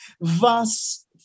verse